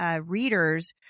Readers